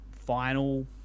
final